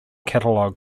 catalog